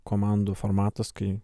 komandų formatas kai